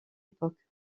époque